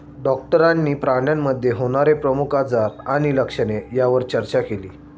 डॉक्टरांनी प्राण्यांमध्ये होणारे प्रमुख आजार आणि लक्षणे यावर चर्चा केली